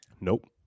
Nope